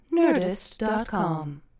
Nerdist.com